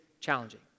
challenging